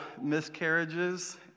miscarriages